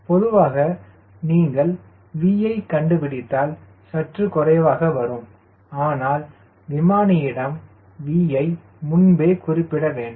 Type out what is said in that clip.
பொதுவாக நீங்கள் V யை கண்டுபிடித்தால் சற்று குறைவாக வருவோம் ஆனால் விமானியிடம் V யை முன்பே குறிப்பிட வேண்டும்